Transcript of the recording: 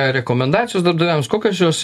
rekomendacijos darbdaviams kokios jos